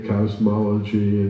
Cosmology